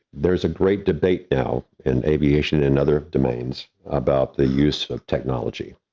there's a great debate now in aviation in other domains about the use of technology.